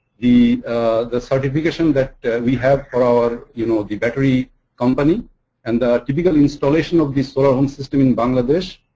the the certification that we have for our, you know, the battery company and the typical installation of the solar home system in bangladesh,